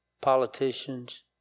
politicians